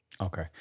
Okay